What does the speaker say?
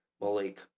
Malik